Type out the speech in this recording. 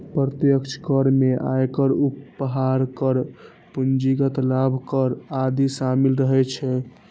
प्रत्यक्ष कर मे आयकर, उपहार कर, पूंजीगत लाभ कर आदि शामिल रहै छै